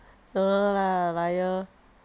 no lah liar